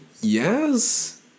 yes